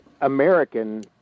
American